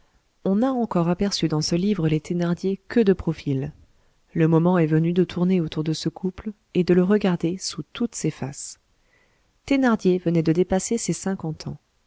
on n'a encore aperçu dans ce livre les thénardier que de profil le moment est venu de tourner autour de ce couple et de le regarder sous toutes ses faces thénardier venait de dépasser ses cinquante ans